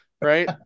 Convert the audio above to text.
right